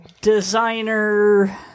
designer